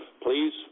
Please